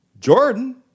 Jordan